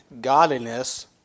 godliness